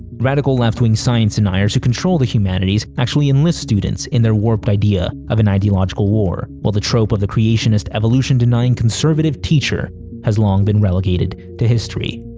radical left-wing science deniers who control the humanities actually enlist students in their warped idea of an ideological war, while the trope of the creationist, evolution-denying conservative teacher has long been relegated to history.